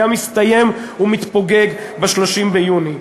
היה מסתיים ומתפוגג ב-30 ביוני.